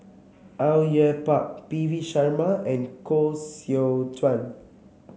Au Yue Pak P V Sharma and Koh Seow Chuan